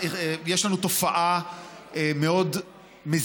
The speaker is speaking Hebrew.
עברה בקריאה טרומית,